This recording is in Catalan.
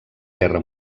guerra